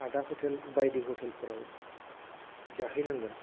आदा हटेल बायदिफोराव जाहैनांगोन